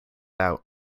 out